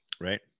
Right